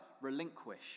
relinquish